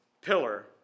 Pillar